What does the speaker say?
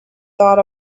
thought